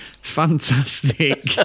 fantastic